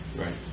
Right